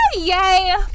Yay